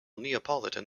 neapolitan